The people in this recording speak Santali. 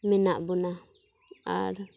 ᱢᱮᱱᱟᱜ ᱵᱚᱱᱟ ᱟᱨ